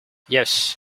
yes